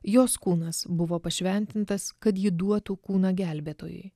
jos kūnas buvo pašventintas kad ji duotų kūną gelbėtojui